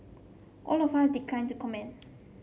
all of are declined to comment